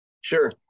Sure